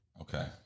Okay